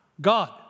God